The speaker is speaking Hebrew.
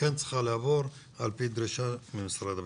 היא כן צריכה לעבור על פי דרישה ממשרד הבטחון.